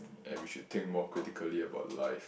and we should think more critically about life